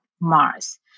Mars